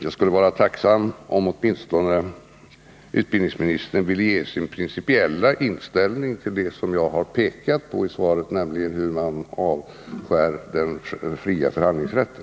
Jag skulle vara tacksam om utbildningsministern åtminstone ville ge till känna sin principiella inställning till vad jag pekat på, nämligen att man hindrar den fria förhandlingsrätten.